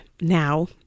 now